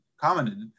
commented